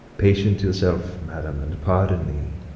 patient yourself, madam, and pardon me.